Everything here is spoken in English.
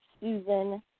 Susan